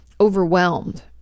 overwhelmed